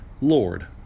Lord